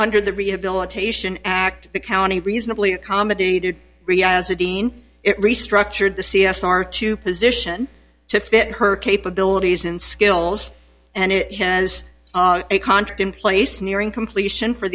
under the rehabilitation act the county reasonably accommodated it restructured the c s r to position to fit her capabilities and skills and it has a contract in place nearing completion for